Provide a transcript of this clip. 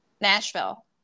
Nashville